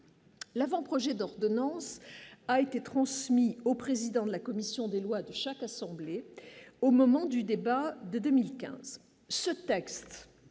l'avant-projet d'ordonnance a été transmis au président de la commission des lois de chaque assemblée au moment du débat de 2015, ce texte